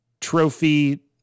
trophy